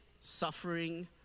suffering